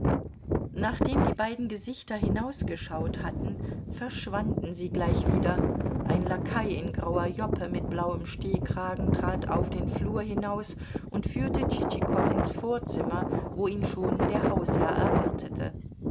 nachdem die beiden gesichter hinausgeschaut hatten verschwanden sie gleich wieder ein lakai in grauer joppe mit blauem stehkragen trat auf den flur hinaus und führte tschitschikow ins vorzimmer wo ihn schon der hausherr erwartete